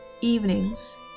Evenings